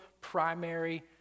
primary